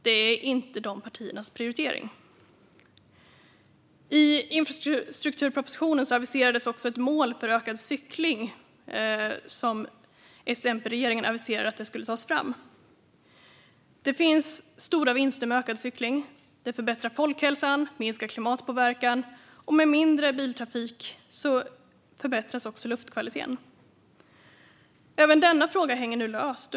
Det är inte de partiernas prioritering. I infrastrukturpropositionen från S-MP-regeringen aviserades också att ett mål för ökad cykling skulle tas fram. Det finns stora vinster med ökad cykling. Det förbättrar folkhälsan och minskar klimatpåverkan. Med mindre biltrafik förbättras också luftkvaliteten. Även denna fråga hänger nu löst.